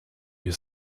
you